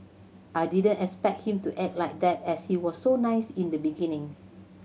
I didn't expect him to act like that as he was so nice in the beginning